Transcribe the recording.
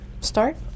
start